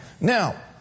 Now